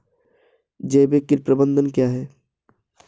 जैविक कीट प्रबंधन क्या है?